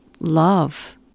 love